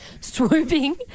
swooping